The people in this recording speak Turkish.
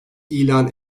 ilan